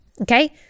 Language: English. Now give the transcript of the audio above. Okay